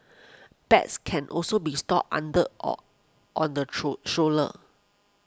bags can also be stored under or on the true show la